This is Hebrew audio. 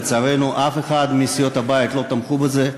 לצערנו, אף אחת מסיעות הבית לא תמכה בזה.